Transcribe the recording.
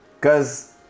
cause